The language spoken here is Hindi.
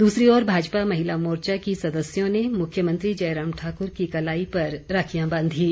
दूसरी ओर भाजपा महिला मोर्चा की सदस्यों ने मुख्यमंत्री जयराम ठाकुर की कलाई पर राखियां बांधीं